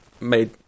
made